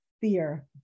fear